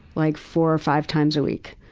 like four or five times a week.